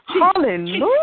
Hallelujah